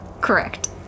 Correct